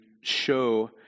show